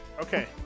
Okay